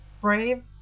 brave